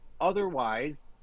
Otherwise